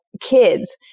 kids